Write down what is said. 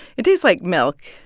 it tastes like milk,